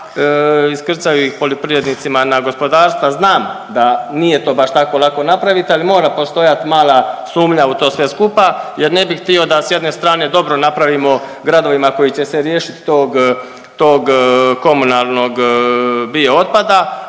iskrcaju ih poljoprivrednicima na gospodarstva. Znam da nije to baš tako lako napravit, ali mora postojat mala sumnja u to sve skupa jer ne bih htio da s jedne strane dobro napravimo gradovima koji će se riješit tog, tog komunalnog biootpada,